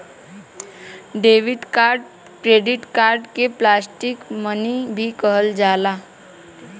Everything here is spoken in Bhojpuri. डेबिट कार्ड क्रेडिट कार्ड के प्लास्टिक मनी भी कहल जाला